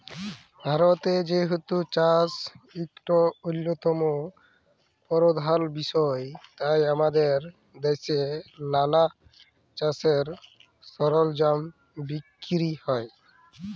ভারতে যেহেতু চাষ ইকট অল্যতম পরধাল বিষয় তাই আমাদের দ্যাশে লালা চাষের সরলজাম বিক্কিরি হ্যয়